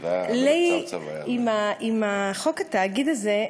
עם חוק התאגיד הזה,